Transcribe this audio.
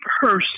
person